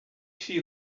she